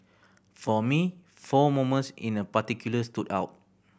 for me four moments in a particular stood out